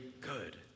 Good